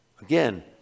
again